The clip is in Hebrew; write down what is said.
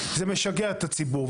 זה משגע את הציבור.